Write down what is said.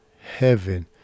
heaven